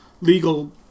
legal